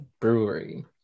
Brewery